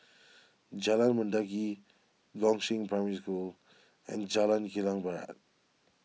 Jalan Mendaki Gongshang Primary School and Jalan Kilang Barat